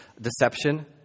deception